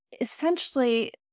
essentially